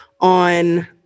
on